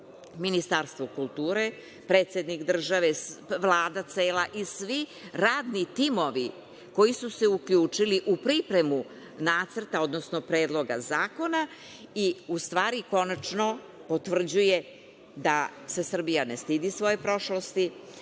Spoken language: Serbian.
Ministarstvo kulture, predsednik države, Vlada cela i svi radni timovi koji su se uključili u pripremu nacrta, odnosno predloga zakona, u stvari konačno potvrđuje da se Srbija ne stidi svoje prošlosti,